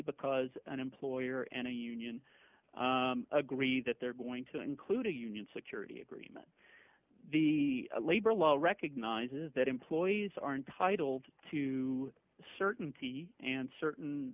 because an employer and a union agree that they're going to include a union security agreement the labor law recognizes that employees are entitled to certainty and certain